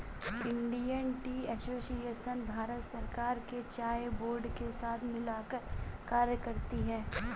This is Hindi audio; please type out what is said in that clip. इंडियन टी एसोसिएशन भारत सरकार के चाय बोर्ड के साथ मिलकर कार्य करती है